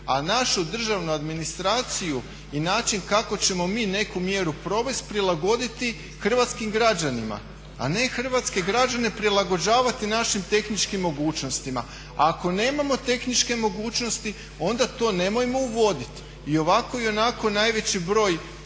a našu državnu administraciju i način kako ćemo mi neku mjeru provesti prilagoditi hrvatskim građanima, a ne hrvatske građane prilagođavati našim tehničkim mogućnostima. A ako nemamo tehničke mogućnosti onda to nemojmo uvoditi i ovako i onako najveći broj